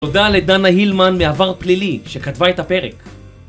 תודה לדנה הילמן מעבר פלילי, שכתבה את הפרק